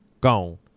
gone